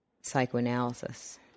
psychoanalysis